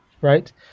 right